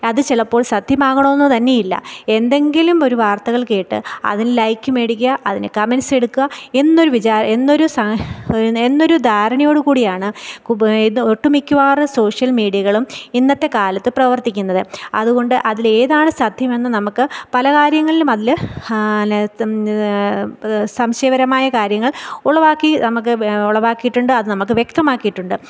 അത് ചിലപ്പോൾ സത്യമാകണമെന്നു തന്നെയില്ല എന്തെങ്കിലും ഒരു വാർത്തകൾ കേട്ട് അതിനു ലൈക് മേടിക്കുക അതിനു കമൻ്റ്സ് എടുക്കുക എന്നൊരു വിചാ എന്നൊരു സ എന്നൊരു ധാരണയോടു കൂടിയാണ് ഇത് ഒട്ടു മിക്കവാറും സോഷ്യൽ മീഡിയകളും ഇന്നത്തെ കാലത്ത് പ്രവർത്തിക്കുന്നത് അതുകൊണ്ട് അതിലേതാണ് സത്യം എന്നു നമുക്ക് പല കാര്യങ്ങളിൽ അതിൽ സംശയപരമായ കാര്യങ്ങൾ ഉളവാക്കി നമുക്ക് ഉളവാക്കിയിട്ടുണ്ട് അത് നമുക്ക് അതു നമുക്ക് വ്യക്തമാക്കിയിട്ടുണ്ട്